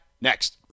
next